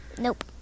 Nope